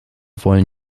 wollen